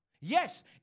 Yes